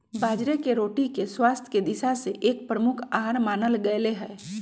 बाजरे के रोटी के स्वास्थ्य के दिशा से एक प्रमुख आहार मानल गयले है